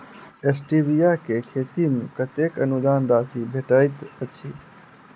Stevia केँ खेती मे कतेक अनुदान राशि भेटैत अछि?